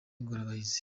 ingorabahizi